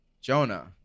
Jonah